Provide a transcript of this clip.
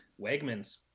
wegmans